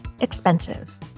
expensive